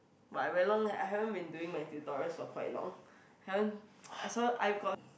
but I very long I haven't been doing my tutorials for quite long haven't I saw I got